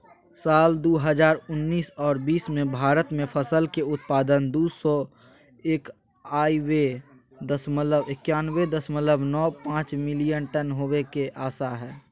साल दू हजार उन्नीस आर बीस मे भारत मे फसल के उत्पादन दू सौ एकयानबे दशमलव नौ पांच मिलियन टन होवे के आशा हय